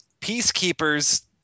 Peacekeepers